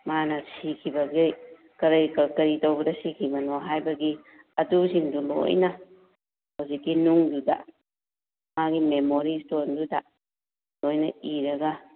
ꯃꯥꯅ ꯁꯤꯈꯤꯕꯒꯤ ꯀꯔꯤ ꯀꯔꯤ ꯇꯧꯕꯗ ꯁꯤꯈꯤꯕꯅꯣ ꯍꯥꯏꯕꯒꯤ ꯑꯗꯨꯁꯤꯡꯗꯨ ꯂꯣꯏꯅ ꯍꯧꯖꯤꯛꯀꯤ ꯅꯨꯡꯗꯨꯗ ꯃꯥꯒꯤ ꯃꯦꯃꯣꯔꯤ ꯏꯁꯇꯣꯟꯗꯨꯗ ꯂꯣꯏꯅ ꯏꯔꯒ